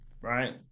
right